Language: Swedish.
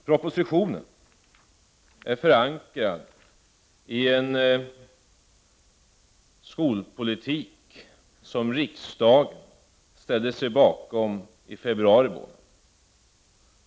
Propositionen är förankrad i en skolpolitik som riksdagen ställde sig bakom i februari i år.